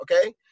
okay